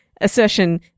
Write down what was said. assertion